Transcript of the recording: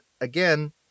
again